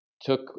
took